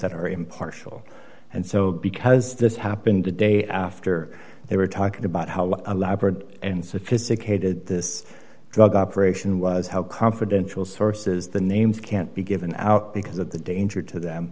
that are impartial and so because this happened the day after they were talking about how elaborate and sophisticated this drug operation was how confidential sources the names can't be given out because of the danger to them